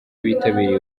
bitabiriye